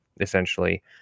essentially